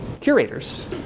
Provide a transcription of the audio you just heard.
curators